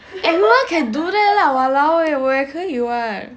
everyone can do that lah !walao! eh 我也可以 [what]